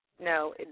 No